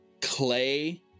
clay